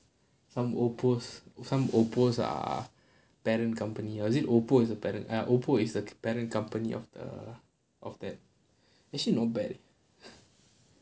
some Oppo's some Oppo's ah parent company or was it Oppo is the ya Oppo is the parent company of the of that actually not bad leh